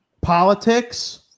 politics